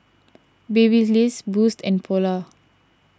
Babyliss Boost and Polar